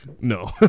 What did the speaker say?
no